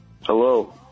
Hello